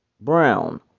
Brown